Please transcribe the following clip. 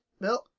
Bill